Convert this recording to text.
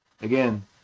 Again